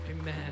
Amen